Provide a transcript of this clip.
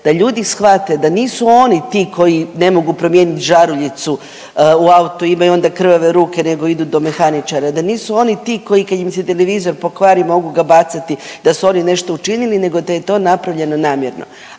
da ljudi shvate da nisu oni ti koji ne mogu promijeniti žaruljicu u autu, imaju onda krvave ruke nego idu do mehaničara. Da nisu oni ti koji kada im se televizor pokvari mogu ga bacati, da su oni nešto učinili, nego da je to napravljeno namjerno.